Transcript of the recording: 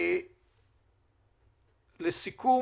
לסיכום,